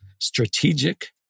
strategic